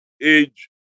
age